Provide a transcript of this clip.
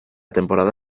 temporada